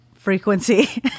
Frequency